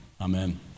amen